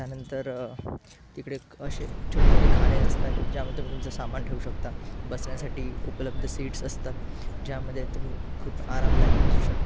त्यानंतर तिकडे असे छोटे छोटे खाने असतात ज्यामध्ये तुम्ही तुमचं सामान ठेऊ शकता बसण्यासाठी उपलब्ध सीटस् असतात ज्यामध्ये तुम्ही खूप आरामदायक बसू शकता